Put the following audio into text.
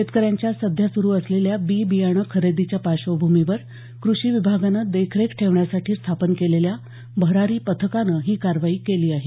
शेतकऱ्यांच्या सध्या सुरू असलेल्या बी बियाणं खरेदीच्या पार्श्वभूमीवर कृषी विभागानं देखरेख ठेवण्यासाठी स्थापन केलेल्या भरारी पथकानं ही कारवाई केली आहे